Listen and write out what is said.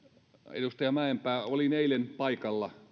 edustaja mäenpää olin eilen paikalla